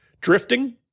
drifting